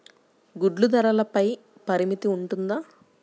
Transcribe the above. గుడ్లు ధరల పై పరిమితి ఉంటుందా?